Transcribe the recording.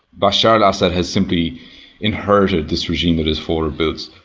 bashar al-assad has simply inherited this regime that his father built.